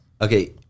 Okay